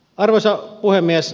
arvoisa puhemies